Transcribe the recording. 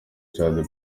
cya